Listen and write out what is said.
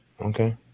Okay